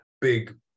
big